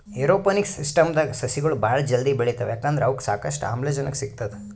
aeroponics ಸಿಸ್ಟಮ್ದಾಗ್ ಸಸಿಗೊಳ್ ಭಾಳ್ ಜಲ್ದಿ ಬೆಳಿತಾವ್ ಯಾಕಂದ್ರ್ ಅವಕ್ಕ್ ಸಾಕಷ್ಟು ಆಮ್ಲಜನಕ್ ಸಿಗ್ತದ್